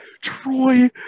Troy